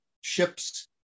ships